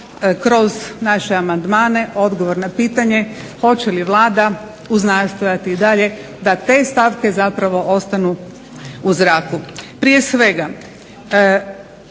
kroz naše amandmane odgovor na pitanje hoće li Vlada uznastojati i dalje da te stavke zapravo ostanu u zraku. Prije svega,